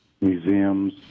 museums